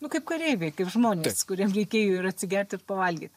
nu kaip kareiviai kaip žmonės kuriem reikėjo ir atsigert ir pavalgyt